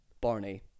Barney